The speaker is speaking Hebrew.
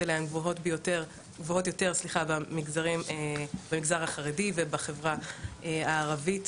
אליה גבוהות יותר במגזר החרדי ובחברה הערבית.